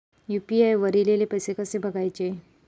UPI वर ईलेले पैसे कसे बघायचे?